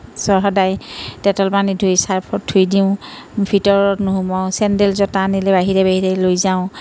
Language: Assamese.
সদায় ডেটল পানীত ধুই চাৰ্ফত ধুই দিওঁ ভিতৰত নোশোমোৱাওঁ চেন্দেল জোতা নিলে বাহিৰে বাহিৰে লৈ যাওঁ